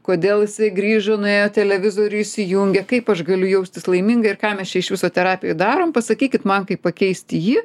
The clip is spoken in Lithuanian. kodėl jisai grįžo nuėjo televizorių įsijungia kaip aš galiu jaustis laiminga ir ką mes čia iš viso terapijoj darom pasakykit man kaip pakeisti jį